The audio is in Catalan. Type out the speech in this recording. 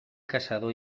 caçador